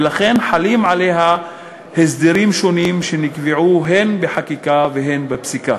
ולכן חלים עליה הסדרים שונים שנקבעו הן בחקיקה והן בפסיקה.